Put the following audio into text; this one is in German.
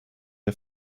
der